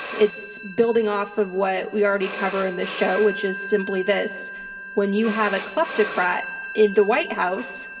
it's building off of what we already cover in the show, which is simply this when you have a kleptocrat in the white house,